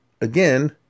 again